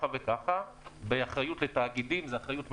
באחריות לתאגידים ואחריות מנהלים.